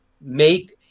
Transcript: make